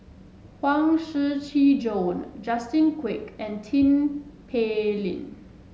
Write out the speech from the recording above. Huang Shiqi Joan Justin Quek and Tin Pei Ling